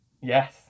Yes